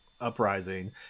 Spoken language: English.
uprising